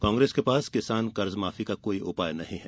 कांग्रेस के पास किसान कर्जमाफी का कोई उपाय नहीं है